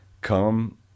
come